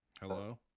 hello